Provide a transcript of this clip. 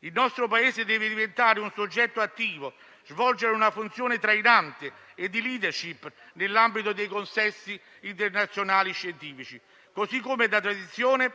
Il nostro Paese deve diventare un soggetto attivo, svolgere una funzione trainante e di *leadership* nell'ambito dei consessi internazionali scientifici, così come da tradizione